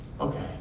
okay